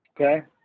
Okay